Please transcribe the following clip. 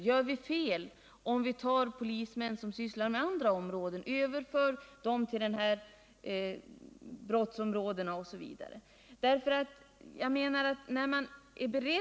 Polisen är oviss om den gör fel ifall den till dessa brottsområden för ut polismän som sysslar med andra uppgifter, osv.